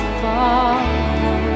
follow